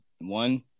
one